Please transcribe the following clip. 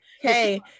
hey